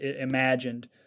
imagined